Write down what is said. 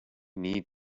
need